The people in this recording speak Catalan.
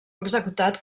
executat